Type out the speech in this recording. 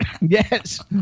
Yes